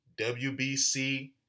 WBC